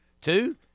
Two